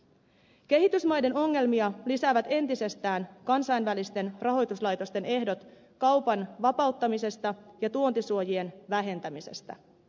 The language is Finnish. kehitysmaiden ongelmia lisäävät entisestään kansainvälisten rahoituslaitosten ehdot kaupan vapauttamisesta ja tuontisuojien vähentämisestä